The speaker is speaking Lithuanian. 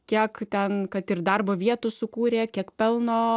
kiek ten kad ir darbo vietų sukūrė kiek pelno